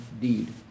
deed